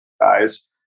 guys